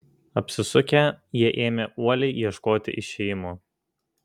apsisukę jie ėmė uoliai ieškoti išėjimo